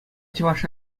чӑваш